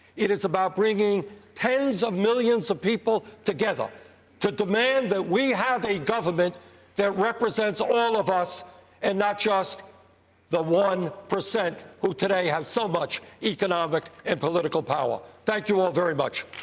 it is about bringing tens of millions of people together to demand that we have a government that represents all of us and not just the one percent, who today have so much economic and political power. thank you all very much.